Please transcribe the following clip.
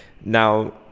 Now